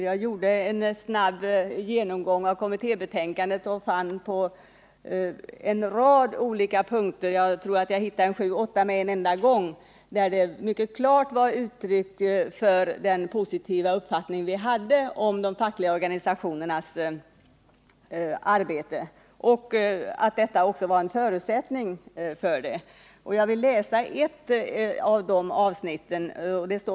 Jag gjorde en snabb genomgång av kommittébetänkandet och fann på en rad olika punkter — jag tror att jag hittade sju åtta sådana punkter med en enda gång — att det mycket klart gavs uttryck för den positiva uppfattning vi hade om de fackliga organisationernas arbete och att deras medverkan var en förutsättning för jämställdhetsarbetet. Jag vill läsa upp ett av de avsnitten.